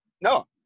No